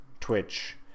Twitch